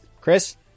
Chris